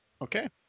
Okay